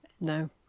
No